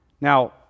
Now